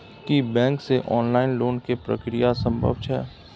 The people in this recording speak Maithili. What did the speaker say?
की बैंक से ऑनलाइन लोन के प्रक्रिया संभव छै?